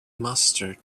mustard